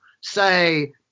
say